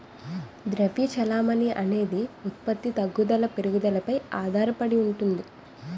ద్రవ్య చెలామణి అనేది ఉత్పత్తి తగ్గుదల పెరుగుదలపై ఆధారడి ఉంటుంది